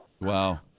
Wow